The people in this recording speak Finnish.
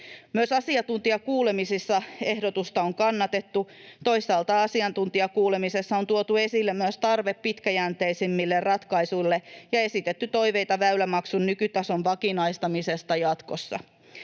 Myös asiantuntijakuulemisissa ehdotusta on kannatettu. Toisaalta asiantuntijakuulemisessa on tuotu esille myös tarve pitkäjänteisemmille ratkaisuille ja esitetty toiveita väylämaksun nykytason vakinaistamisesta jatkossa.